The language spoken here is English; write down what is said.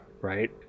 Right